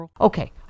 Okay